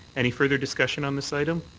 any further discussion on this item?